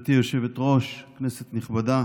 גברתי היושבת-ראש, כנסת נכבדה,